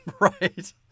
right